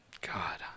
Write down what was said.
God